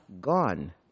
gone